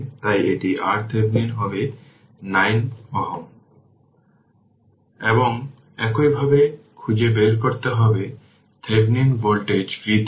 তো আগের অধ্যায়ে অনেক জায়গায় বইতে এমন কথা লিখেছে